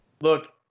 look